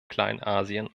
kleinasien